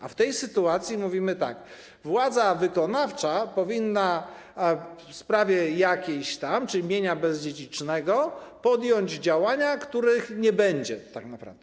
A w tej sytuacji mówimy tak: władza wykonawcza powinna w sprawie jakiejś tam, czyli mienia bezdziedzicznego, podjąć działania, których nie będzie tak naprawdę.